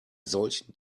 solchen